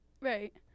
right